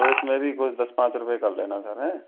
चलो इस में भी कुछ दस पाँच रुपये कर देना सर हैं